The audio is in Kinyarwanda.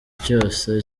cyose